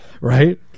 right